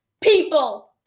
people